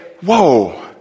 whoa